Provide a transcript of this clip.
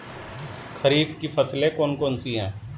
खरीफ की फसलें कौन कौन सी हैं?